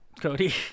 Cody